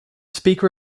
speaker